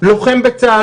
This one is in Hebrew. לוחם בצה"ל,